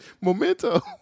Memento